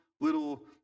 little